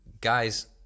guys